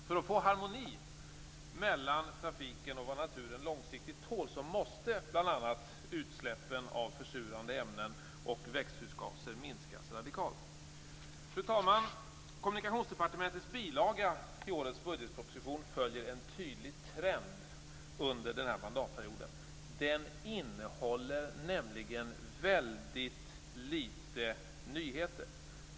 För att få harmoni mellan trafiken och vad naturen långsiktigt tål måste bl.a. utsläppen av försurande ämnen och växthusgaser minskas radikalt. Fru talman! Kommunikationsdepartementets bilaga i årets budgetproposition följer en tydlig trend under mandatperioden - den innehåller litet nyheter.